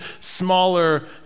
smaller